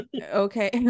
okay